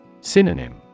Synonym